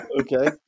Okay